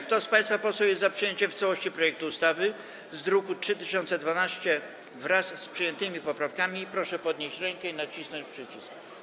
Kto z państwa posłów jest za przyjęciem w całości projektu ustawy z druku nr 3012, wraz z przyjętymi poprawkami, proszę podnieść rękę i nacisnąć przycisk.